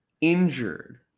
injured